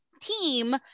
team